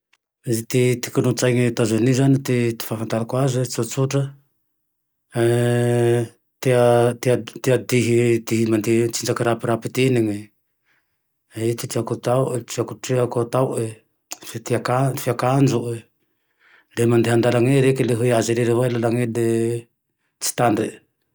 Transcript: Izy ty kolotsainy Etas-Unia zane ty ahafantarako aze e tsotsotra, tia ty sinjaky rapirapy ty, ty treako ataoe ty trea-treako ataoe ty akanjoe, le mandeha andalane eny reke le hoe azo rery avao lalane tsy tandrie